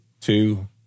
two